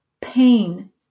pain